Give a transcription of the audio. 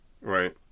Right